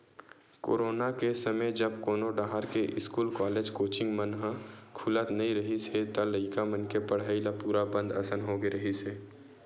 corona के समे जब कोनो डाहर के इस्कूल, कॉलेज, कोचिंग मन खुलत नइ रिहिस हे त लइका मन के पड़हई ल पूरा बंद असन होगे रिहिस हे